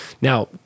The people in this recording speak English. Now